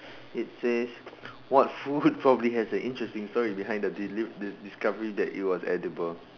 it says what food probably has an interesting story behind the deli~ the the discovery that it was edible